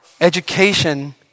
education